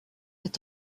est